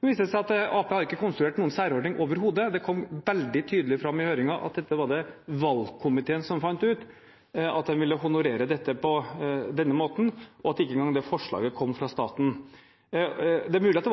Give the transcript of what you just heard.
Nå viste det seg at Arbeiderpartiet overhodet ikke hadde konstruert noen særordning. Det kom veldig tydelig fram i høringen at det var valgkomiteen som fant ut at de ville honorere dette på denne måten, og at ikke engang det forslaget kom fra staten. Det er mulig at